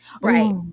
Right